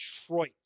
Detroit